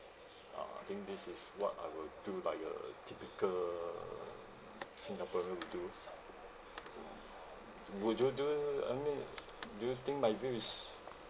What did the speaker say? ah think this is what I'll do like a typical singaporean will do would you do only do you think my dream is